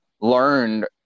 learned